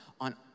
on